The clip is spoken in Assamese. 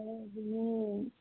মোৰ